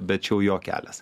bet čia jau jo kelias